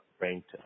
ranked